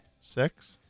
Six